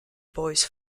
boys